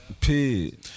Pig